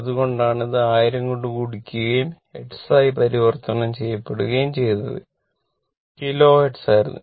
അതുകൊണ്ടാണ് ഇത് 1000 കൊണ്ട് ഗുണിക്കുകയും ഹെർട്സ് ആയി പരിവർത്തനം ചെയ്യപ്പെടുകയും ചെയ്തത് കിലോ ഹെർട്സ് ആയിരുന്നു